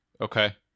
Okay